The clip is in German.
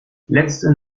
letzte